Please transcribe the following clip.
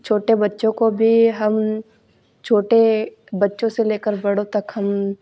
छोटे बच्चों को भी हम छोटे बच्चों से लेकर बड़ों तक हम